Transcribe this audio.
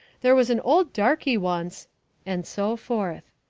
there was an old darky once and so forth.